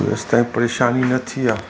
कोई हेसिताईं परेशानी न थी आहे